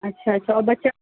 اچھا اچھا اور بچا